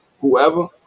whoever